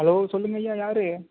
hello சொல்லுங்கள் ஐயா யார்